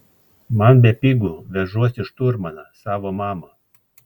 man bepigu vežuosi šturmaną savo mamą